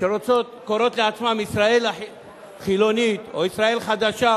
שקוראות לעצמן "ישראל החילונית" או "ישראל החדשה",